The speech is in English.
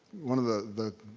one of the the